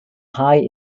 high